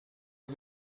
are